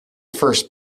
first